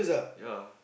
ya